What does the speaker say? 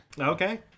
Okay